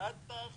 יש מי